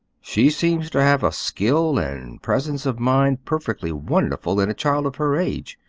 she seems to have a skill and presence of mind perfectly wonderful in a child of her age.